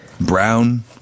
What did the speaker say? Brown